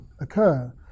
occur